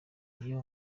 iyo